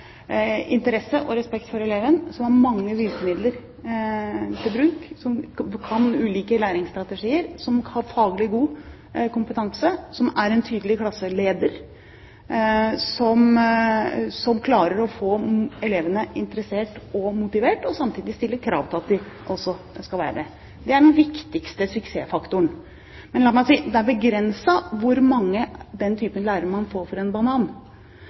interesse og respekt for eleven, som har mange virkemidler til bruk, som kan ulike læringsstrategier, som har faglig god kompetanse, som er en tydelig klasseleder, som klarer å få elvene interessert og motivert og samtidig stiller krav til at de også skal lære. Det er den viktigste suksessfaktoren. Men la meg si: Det er begrenset hvor mange av den typen lærere man får for en